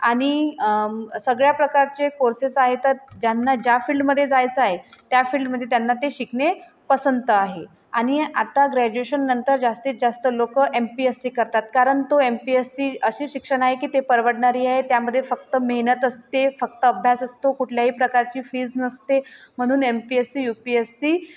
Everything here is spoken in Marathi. आणि सगळ्या प्रकारचे कोर्सेस आहे तर ज्यांना ज्या फील्डमध्ये जायचा आहे त्या फील्डमध्ये त्यांना ते शिकणे पसंत आहे आणि आता ग्रॅज्युएशननंतर जास्तीत जास्त लोकं एम पी एस सी करतात कारण तो एम पी एस सी अशी शिक्षण आहे की ते परवडणारी आहे त्यामध्ये फक्त मेहनत असते फक्त अभ्यास असतो कुठल्याही प्रकारची फीज नसते म्हणून M P S C U P S C